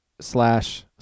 slash